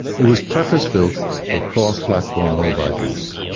it was purpose-built for cross-platform mobile use.